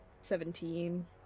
Seventeen